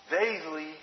daily